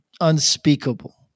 unspeakable